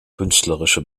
künstlerische